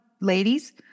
ladies